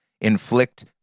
inflict